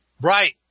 Right